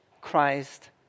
Christ